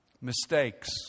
mistakes